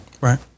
Right